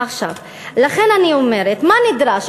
עכשיו, לכן אני אומרת: מה נדרש?